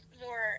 more